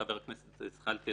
חבר הכנסת זחאלקה,